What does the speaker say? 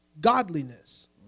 godliness